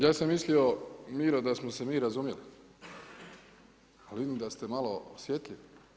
Ja sam mislio Miro da smo se mi razumjeli, ali vidim da ste malo osvijetljeni.